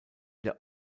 der